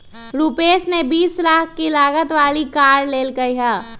रूपश ने बीस लाख के लागत वाली कार लेल कय है